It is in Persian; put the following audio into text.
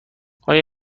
آیا